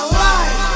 life